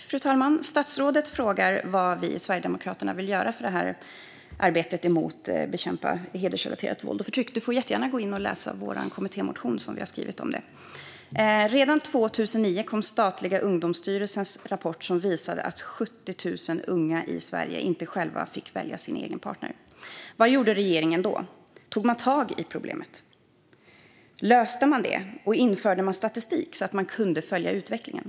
Fru talman! Statsrådet frågar vad vi i Sverigedemokraterna vill göra för att bekämpa hedersrelaterat våld och förtryck. Hon får jättegärna läsa vår kommittémotion som vi har skrivit om det. Redan 2009 kom statliga Ungdomsstyrelsens rapport som visade att 70 000 unga i Sverige inte själva fick välja sin partner. Vad gjorde regeringen då? Tog man tag i problemet? Löste man det? Förde man statistik så att man kunde följa utvecklingen?